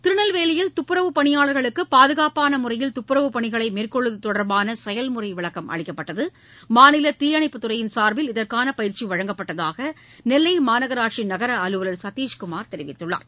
திருநெல்வேலியில் துப்புரவு பணியாளர்களுக்கு பாதுகாப்பான முறையில் துப்புரவு பணிகளை மேற்கொள்வது தொடர்பான செயல்முறை விளக்கம் அளிக்கப்பட்டதுமாநில தீயணைப்புத்துறையின் சார்பில் இதற்கான பயிற்சி வழங்கப்பட்டதாக நெல்லை மாநகராட்சி நகர அலுவலர் சதீஷ்குமார் தெரிவித்துள்ளார்